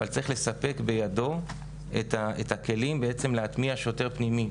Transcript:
אבל צריך לספק בידו את הכלים להטמיע שוטר פנימי.